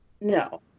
No